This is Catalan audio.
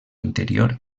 interior